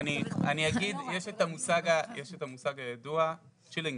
יש את המושג הידוע, chilling effect,